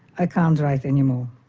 i can't write any more.